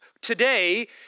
today